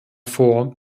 vor